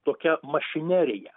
tokia mašinerija